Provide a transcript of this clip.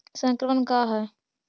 संक्रमण का है?